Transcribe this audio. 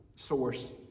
Source